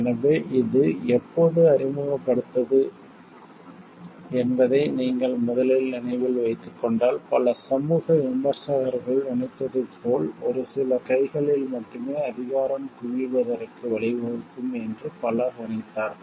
எனவே இது எப்போது அறிமுகப்படுத்தப்பட்டது என்பதை நீங்கள் முதலில் நினைவில் வைத்துக் கொண்டால் பல சமூக விமர்சகர்கள் நினைத்ததைப் போல ஒரு சில கைகளில் மட்டுமே அதிகாரம் குவிவதற்கு வழிவகுக்கும் என்று பலர் நினைத்தார்கள்